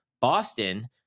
Boston